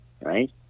right